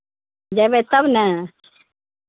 जेबै तब ने